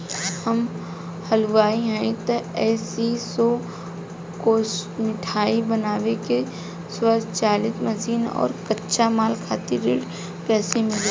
हम हलुवाई हईं त ए.सी शो कैशमिठाई बनावे के स्वचालित मशीन और कच्चा माल खातिर ऋण कइसे मिली?